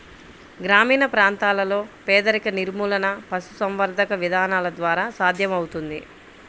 గ్రామీణ ప్రాంతాలలో పేదరిక నిర్మూలన పశుసంవర్ధక విధానాల ద్వారా సాధ్యమవుతుంది